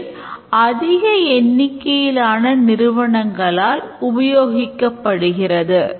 இவை அதிக எண்ணிக்கையிலான நிறுவனங்களால் உபயோகிக்கப்படுகிறது